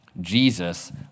Jesus